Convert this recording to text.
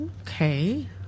Okay